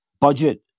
budget